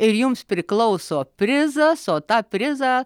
ir jums priklauso prizas o tą prizą